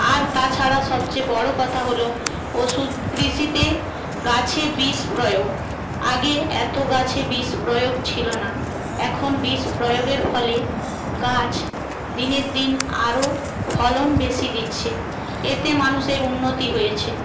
আর তাছাড়া সবচেয়ে বড়ো কথা হল ওষুধ কৃষিতে গাছে বিষ প্রয়োগ আগে এত গাছে বিষ প্রয়োগ ছিল না এখন বিষ প্রয়োগের ফলে গাছ দিনের দিন আরও ফলন বেশি দিচ্ছে এতে মানুষের উন্নতি হয়েছে